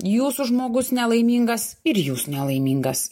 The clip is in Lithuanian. jūsų žmogus nelaimingas ir jūs nelaimingas